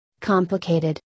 complicated